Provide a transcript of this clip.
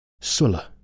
Sulla